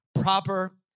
proper